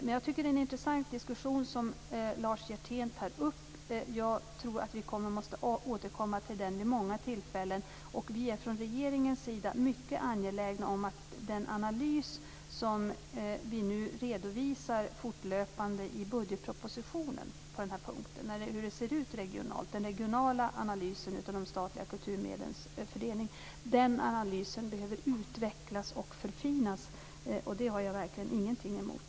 Jag tycker att det är en intressant diskussion som Lars Hjertén tar upp. Jag tror att vi måste återkomma till den vid många tillfällen. Vi är från regeringens sida mycket angelägna om att det sker en fortlöpande regional analys, som den som vi nu redovisar i budgetpropositionen, av de statliga kulturmedlens fördelning. Den analysen behöver utvecklas och förfinas, och det har jag verkligen ingenting emot.